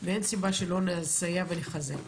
אין סיבה שלא נסייע ונחזק.